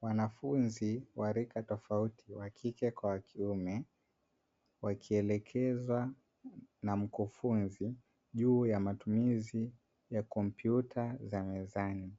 Wanafunzi wa rika tofauti wa kike kwa wa kiume wakielekezwa na mkufunzi juu ya matumizi ya kompyuta za mezani,